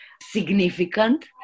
significant